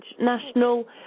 national